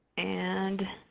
and